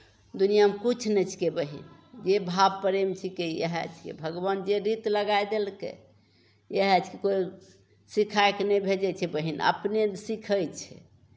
दुनिआँमे किछु नहि छिकै बहीन जे भाव प्रेम छिकै इएह छियै भगवान जे गति लगाए देलकै इएह छी कोइ सिखाय कऽ नहि भेजै छै बहीन अपने सीखै छै